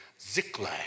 Ziklag